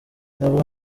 ntavuga